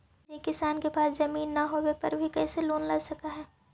जे किसान के पास जमीन न होवे पर भी कैसे लोन ले सक हइ?